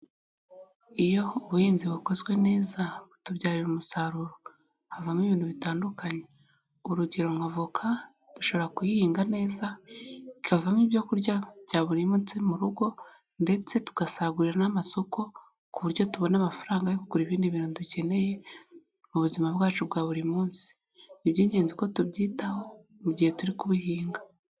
Iyo ubuhinzi bukozwe neza butubyarira umusaruro, havamo ibintu bitandukanye urugero nka avoka dushobora kuyihinga neza bikavamo ibyo kurya bya buri munsi mu rugo, ndetse tugasagurira n'amasoko ku buryo tubona amafaranga yo kugura ibindi bintu dukeneye mu buzima bwacu bwa buri munsi. Ni iby'ingenzi ko tubyitaho mu gihe turi kubihinga.